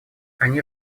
они